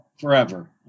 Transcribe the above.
forever